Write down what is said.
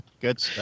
Good